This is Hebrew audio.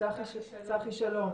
צחי שלום.